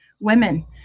women